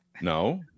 No